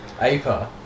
Aper